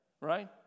Right